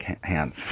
hands